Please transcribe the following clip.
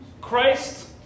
Christ